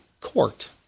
court